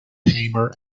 hamer